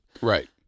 Right